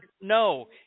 No